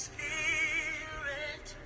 Spirit